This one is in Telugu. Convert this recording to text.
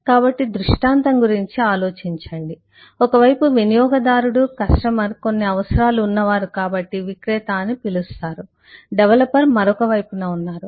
కాబట్టి దృష్టాంతం గురించి ఆలోచించండి ఒక వైపు వినియోగదారుడు కస్టమర్ కొన్ని అవసరాలు ఉన్నవారు కాబట్టి విక్రేత అని పిలుస్తారు డెవలపర్ మరొకవైపున ఉన్నారు